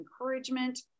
encouragement